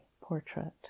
portrait